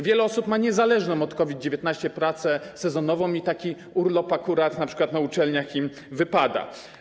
Wiele osób ma niezależną od COVID-19 pracę sezonową i taki urlop akurat, np. na uczelniach, im wypada.